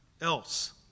else